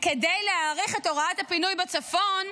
כדי להאריך את הוראת הפינוי בצפון,